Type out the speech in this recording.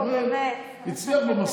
ביטן, על מי אתה עובד?